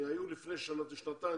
היו לפני שנתיים,